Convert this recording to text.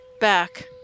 back